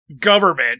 government